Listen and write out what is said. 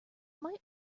might